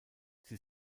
sie